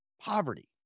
poverty